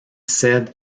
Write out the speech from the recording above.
cède